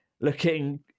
looking